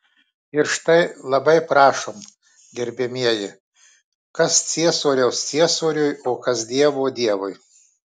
ir štai labai prašom gerbiamieji kas ciesoriaus ciesoriui o kas dievo dievui